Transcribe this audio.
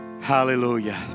hallelujah